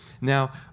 Now